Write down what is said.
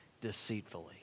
deceitfully